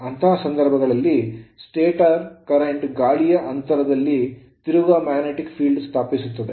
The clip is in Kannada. ಅಂತಹ ಸಂದರ್ಭದಲ್ಲಿ stator ಸ್ಟಾಟರ್ ಪ್ರವಾಹವು ಗಾಳಿಯ ಅಂತರದಲ್ಲಿ ತಿರುಗುವ magnetic field ಸ್ಥಾಪಿಸುತ್ತದೆ